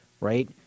right